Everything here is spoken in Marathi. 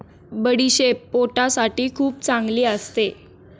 बडीशेप पोटासाठी खूप चांगली असते